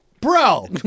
bro